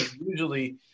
usually –